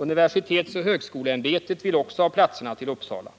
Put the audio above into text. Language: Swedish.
Universitetsoch högskoleämbetet vill också ha platserna till Uppsala.